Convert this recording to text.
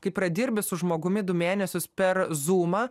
kai pradirbi su žmogumi du mėnesius per zūmą